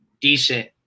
decent